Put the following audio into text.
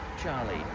Charlie